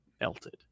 melted